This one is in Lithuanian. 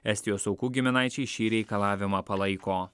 estijos aukų giminaičiai šį reikalavimą palaiko